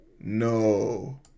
No